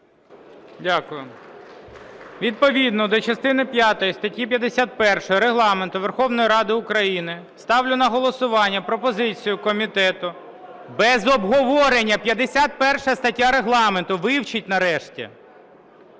Дякую. Відповідно до частини п'ятої статті 51 Регламенту Верховної Ради України ставлю на голосування пропозицію комітету… (Шум у залі) Без обговорення, 51 стаття Регламенту, вивчіть нарешті.